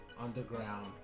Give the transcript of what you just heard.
underground